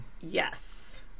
Yes